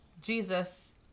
Jesus